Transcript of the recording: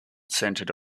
centred